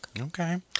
Okay